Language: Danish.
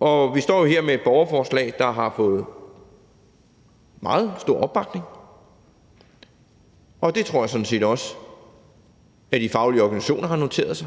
og vi står jo her med et borgerforslag, som har fået meget stor opbakning, og det tror jeg sådan set også at de faglige organisationer har noteret sig